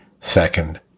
second